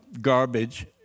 garbage